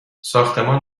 ساختمان